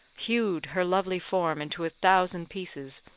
hewed her lovely form into a thousand pieces,